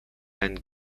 and